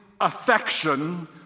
affection